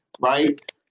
Right